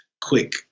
quick